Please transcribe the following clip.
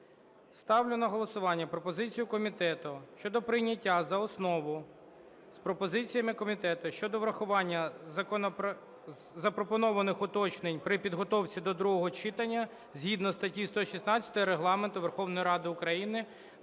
Ставлю на голосування пропозицію комітету щодо прийняття за основу з пропозиціями комітету щодо врахування запропонованих уточнень при підготовці до другого читання, згідно статті 116 Регламенту Верховної Ради України,